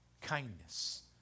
kindness